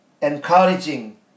encouraging